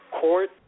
court